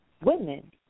women